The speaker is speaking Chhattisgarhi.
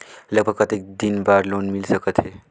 लगभग कतेक दिन बार लोन मिल सकत हे?